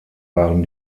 waren